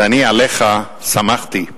ואני עליך סמכתי,